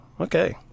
Okay